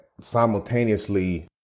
simultaneously